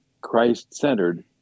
Christ-centered